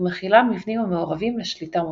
ומכילה מבנים המעורבים בשליטה מוטורית.